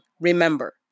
remember